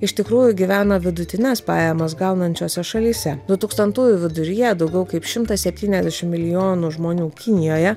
iš tikrųjų gyvena vidutines pajamas gaunančiose šalyse du tūkstantųjų viduryje daugiau kaip šimtas septyniasdešim milijonų žmonių kinijoje